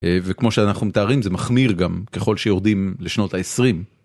וכמו שאנחנו מתארים זה מחמיר גם ככל שיורדים לשנות ה-20.